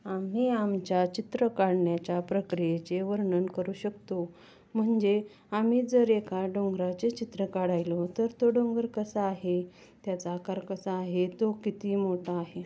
आम्ही आमच्या चित्र काढण्याच्या प्रक्रियेचे वर्णन करू शकतो म्हणजे आम्ही जर एका डोंगराचे चित्र काढायलो तर तो डोंगर कसा आहे त्याचा आकार कसा आहे तो किती मोठा आहे